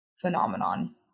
phenomenon